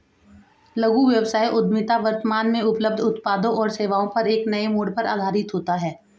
लघु व्यवसाय उद्यमिता वर्तमान में उपलब्ध उत्पादों और सेवाओं पर एक नए मोड़ पर आधारित होता है